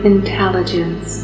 Intelligence